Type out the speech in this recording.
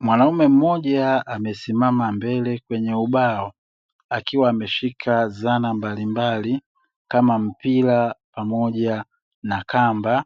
Mwanaume mmoja amesimama mbele kwenye ubao, akiwa ameshika dhana mbalimbali kama mpira pamoja na kamba